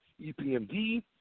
EPMD